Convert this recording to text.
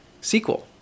sequel